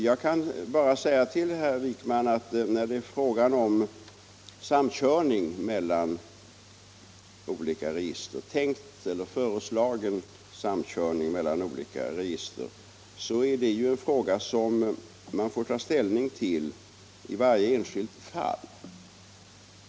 Jag kan därför bara säga till herr Wijkman att tänkt eller föreslagen samkörning mellan olika register ju är en fråga som man får ta ställning till i varje enskilt fall.